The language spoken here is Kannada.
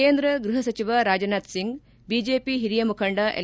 ಕೇಂದ್ರ ಗೃಹ ಸಚಿವ ರಾಜನಾಥ್ ಸಿಂಗ್ ಬಿಜೆಪಿ ಹಿರಿಯ ಮುಖಂಡ ಎಲ್